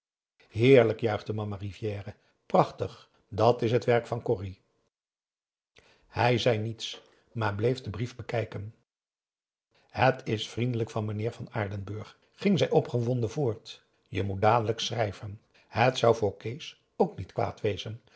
juichte mama rivière prachtig dat is het werk van corrie hij zeide niets maar bleef den brief bekijken het is vriendelijk van meneer van aardenburg ging zij opgewonden voort je moet dadelijk schrijven het zou voor kees ook niet kwaad wezen